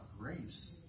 grace